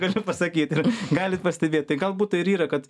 galiu pasakyti galit pastebėt tai galbūt tai ir yra kad